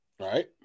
Right